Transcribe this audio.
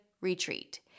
retreat